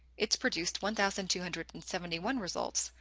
it's produced one thousand two hundred and seventy one results,